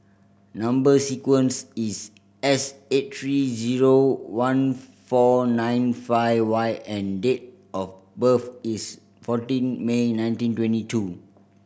number sequence is S eight three zero one four nine five Y and date of birth is fourteen May nineteen twenty two